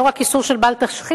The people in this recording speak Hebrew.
לא רק איסור של "בל תשחית",